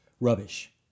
Rubbish